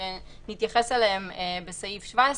שנתייחס אליהם בסעיף 17,